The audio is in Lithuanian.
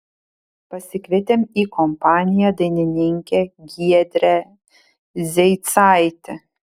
pasikvietėm į kompaniją dainininkę giedrę zeicaitę